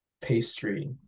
pastry